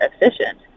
efficient